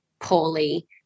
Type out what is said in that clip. poorly